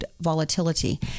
volatility